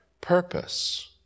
purpose